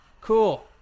Cool